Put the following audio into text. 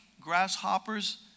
grasshoppers